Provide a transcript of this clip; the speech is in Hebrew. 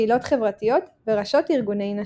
פעילות חברתיות וראשות ארגוני נשים.